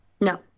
No